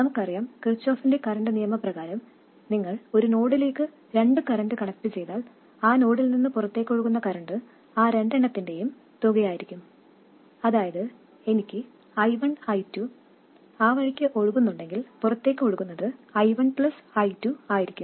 നമുക്കറിയാം കിർചൊഫിന്റെ കറൻറ് നിയമ Kirchhoff's current law പ്രകാരം നിങ്ങൾ ഒരു നോഡിലേക്ക് രണ്ടു കറൻറ് കണക്റ്റുചെയ്താൽ ആ നോഡിൽ നിന്നു പുറത്തേക്ക് ഒഴുകുന്ന കറൻറ് ഈ രണ്ടെണ്ണത്തിന്റെയും തുകയായിരിക്കും അതായത് എനിക്ക് I1 I2 ആ വഴിക്ക് ഒഴുകുന്നുണ്ടെങ്കിൽ പുറത്തേക്ക് ഒഴുകുന്നത് I1 I2 ആയിരിക്കും